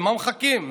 למה מחכים?